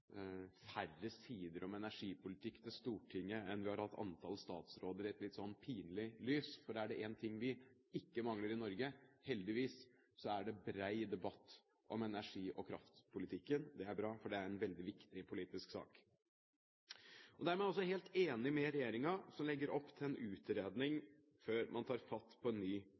færre sider om energipolitikk til Stortinget enn antall statsråder vi har hatt, stilles i et litt pinlig lys. For er det én ting vi ikke mangler i Norge – heldigvis – så er det bred debatt om energi- og kraftpolitikken. Det er bra, for det er en veldig viktig politisk sak. Dermed er jeg også helt enig med regjeringen, som legger opp til en utredning før man tar fatt på en ny